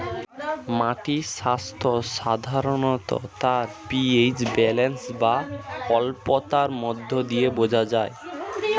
মাটির স্বাস্থ্য সাধারণত তার পি.এইচ ব্যালেন্স বা অম্লতার মধ্য দিয়ে বোঝা যায়